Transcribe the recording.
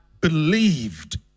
believed